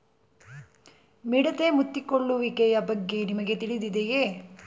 ಮಿಡತೆ ಮುತ್ತಿಕೊಳ್ಳುವಿಕೆಯ ಬಗ್ಗೆ ನಿಮಗೆ ತಿಳಿದಿದೆಯೇ?